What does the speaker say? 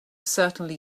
certainly